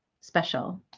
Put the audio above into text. special